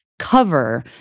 cover